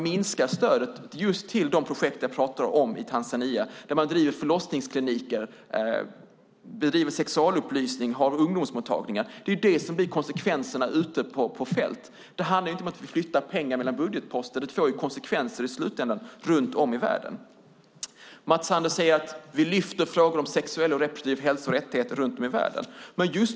Det gäller just de projekt i Tanzania som jag pratade om där man driver förlossningskliniker, bedriver sexualupplysning och har ungdomsmottagningar. Det får konsekvenser ute på fältet. Det handlar inte om att man flyttar pengar mellan budgetposter. Det får i slutändan konsekvenser runt om i världen. Mats Sander säger att man lyfter frågor om sexuell och reproduktiv hälsa och rättigheter runt om i världen.